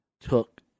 took